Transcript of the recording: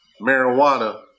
marijuana